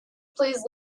please